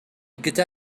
gyda